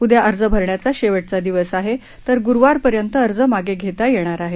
उद्या अर्ज भरण्याचा शेवटचा दिवस आहे तर गुरुवारपर्यंत अर्ज मागे घेता येणार आहेत